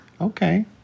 Okay